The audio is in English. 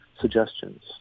suggestions